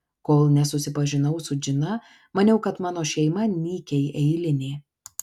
kol nesusipažinau su džina maniau kad mano šeima nykiai eilinė